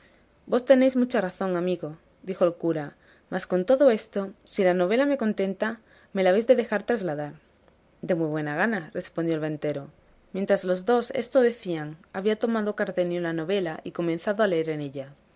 vos tenéis mucha razón amigo dijo el cura mas con todo eso si la novela me contenta me la habéis de dejar trasladar de muy buena gana respondió el ventero mientras los dos esto decían había tomado cardenio la novela y comenzado a leer en ella